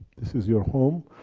this is your home,